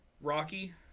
Rocky